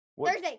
Thursday